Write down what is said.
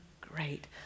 great